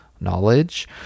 knowledge